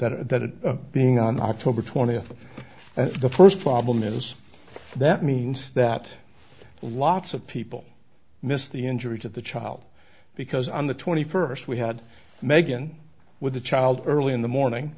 that that being on october twentieth that's the first problem is that means that lots of people missed the injury to the child because on the twenty first we had meghan with a child early in the morning